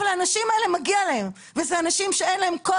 מגיע לאנשים האלה ואלה אנשים שאין להם קול